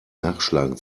nachschlagen